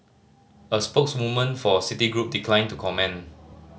a spokeswoman for Citigroup declined to comment